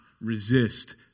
resist